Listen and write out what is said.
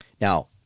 Now